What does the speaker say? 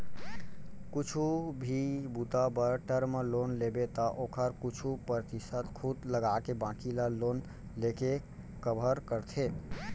कुछु भी बूता बर टर्म लोन लेबे त ओखर कुछु परतिसत खुद लगाके बाकी ल लोन लेके कभर करथे